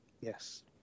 Yes